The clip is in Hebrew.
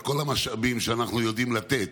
את כל המשאבים שאנחנו יודעים לתת,